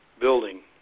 building